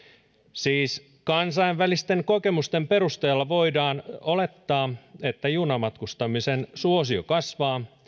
siis kansainvälisten kokemusten perusteella voidaan olettaa että junamatkustamisen suosio kasvaa